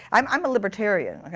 i'm i'm a libertarian.